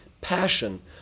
passion